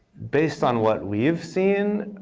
based on what we've seen,